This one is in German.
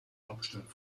hauptstadt